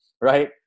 Right